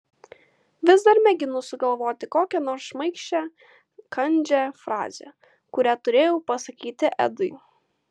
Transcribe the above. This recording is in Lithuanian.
vis dar mėginu sugalvoti kokią nors šmaikščią kandžią frazę kurią turėjau pasakyti edui